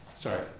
Sorry